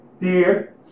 dear